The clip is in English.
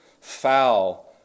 Foul